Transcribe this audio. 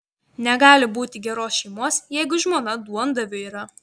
negali būti geros šeimos jeigu žmona duondaviu yra